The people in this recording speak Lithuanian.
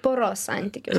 poros santykius